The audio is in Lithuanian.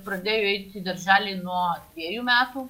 pradėjo eiti į darželį nuo dviejų metų